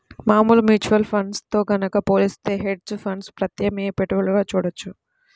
మామూలు mutual funds తో గనక పోలిత్తే హెడ్జ్ ఫండ్స్ ప్రత్యామ్నాయ పెట్టుబడులుగా చూడొచ్చు